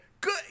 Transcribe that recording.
Good